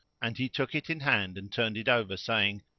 and he took it in hand and turned it over, saying,